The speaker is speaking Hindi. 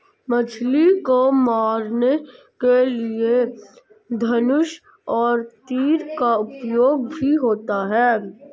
मछली को मारने के लिए धनुष और तीर का उपयोग भी होता है